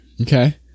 okay